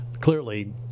clearly